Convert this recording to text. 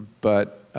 but